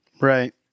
Right